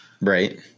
Right